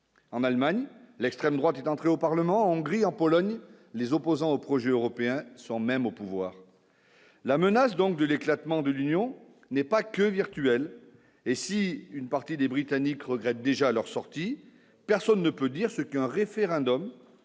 en Allemagne, l'extrême droite est entrée au Parlement Hongrie en Pologne, les opposants au projet européen sont même au pouvoir, la menace donc de l'éclatement de l'Union n'est pas que virtuel et si une partie des Britanniques regrettent déjà leur sortie, personne ne peut dire ce qu'un référendum